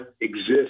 exist